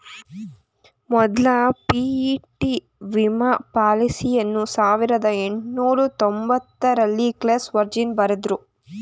ಮೊದ್ಲ ಪಿ.ಇ.ಟಿ ವಿಮಾ ಪಾಲಿಸಿಯನ್ನ ಸಾವಿರದ ಎಂಟುನೂರ ತೊಂಬತ್ತರಲ್ಲಿ ಕ್ಲೇಸ್ ವರ್ಜಿನ್ ಬರೆದ್ರು